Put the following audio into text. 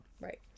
Right